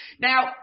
Now